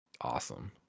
awesome